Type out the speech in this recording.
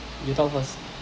you talk first